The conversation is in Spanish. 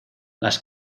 las